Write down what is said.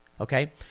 Okay